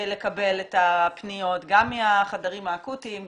לקבל את הפניות גם מהחדרים האקוטיים,